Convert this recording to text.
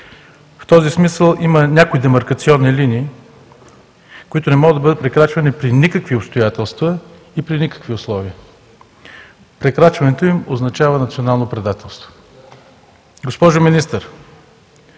В този смисъл има някои демаркационни линии, които не могат да бъдат прекрачвани при никакви обстоятелства и при никакви условия. Прекрачването им означава национално предателство. Госпожо Министър,